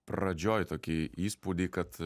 pradžioj tokį įspūdį kad